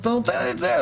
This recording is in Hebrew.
אז אתה נותן את זה,